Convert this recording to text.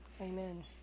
Amen